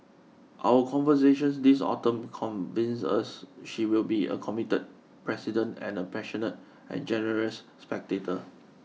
our conversations this autumn convince us she will be a committed president and a passionate and generous spectator